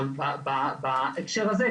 בהקשר הזה,